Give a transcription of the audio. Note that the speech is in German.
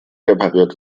repariert